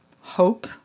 hope